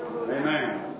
Amen